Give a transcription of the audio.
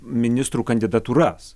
ministrų kandidatūras